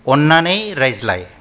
अननानै रायज्लाय